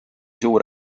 suur